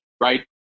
right